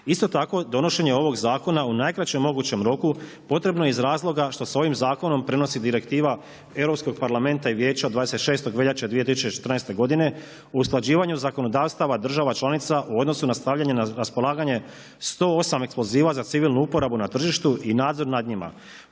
Isto tako, donošenje ovog zakon u najkraćem mogućem roku, potrebno je iz razloga što se ovim zakonom prenosi direktiva Europskog parlamenta i Vijeća 26. veljače 2014. godine, usklađivanju zakonodavstava država članica u donosu na stavljanje raspolaganje 108 eksploziva za civilnu uporabu na tržištu i nadzor nad njima,